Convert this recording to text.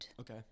Okay